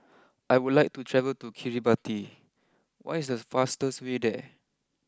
I would like to travel to Kiribati what is the fastest way there